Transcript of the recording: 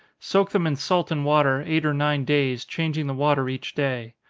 soak them in salt and water, eight or nine days, changing the water each day.